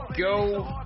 go